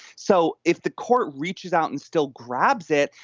so if the court reaches out and still grabs it,